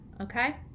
okay